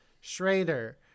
Schrader